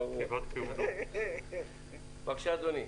בבקשה, אדוני.